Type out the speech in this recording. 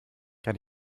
kann